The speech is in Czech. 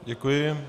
Děkuji.